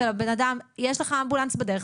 'יש לך אמבולנס בדרך,